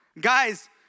guys